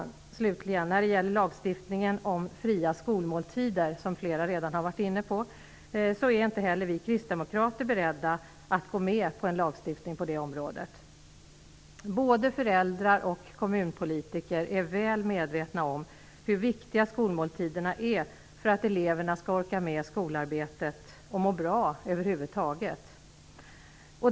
När det slutligen gäller lagstiftningen om fria skolmåltider, som flera redan har varit inne på, är inte heller vi kristdemokrater beredda att gå med på en lagstiftning på det området. Både föräldrar och kommunpolitiker är väl medvetna om hur viktiga skolmåltiderna är för att eleverna skall orka med skolarbetet och må bra över huvud taget.